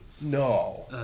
No